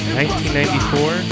1994